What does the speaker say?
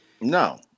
No